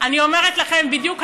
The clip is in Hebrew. אני אומרת לכם בדיוק היום,